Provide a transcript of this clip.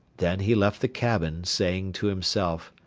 then he left the cabin, saying to himself,